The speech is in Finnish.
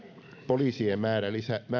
poliisien määrää